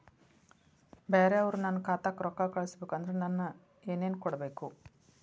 ಬ್ಯಾರೆ ಅವರು ನನ್ನ ಖಾತಾಕ್ಕ ರೊಕ್ಕಾ ಕಳಿಸಬೇಕು ಅಂದ್ರ ನನ್ನ ಏನೇನು ಕೊಡಬೇಕು?